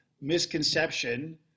misconception